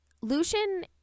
Lucian